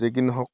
যিকি নহওঁক